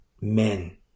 men